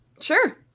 Sure